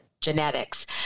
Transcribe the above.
genetics